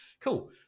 cool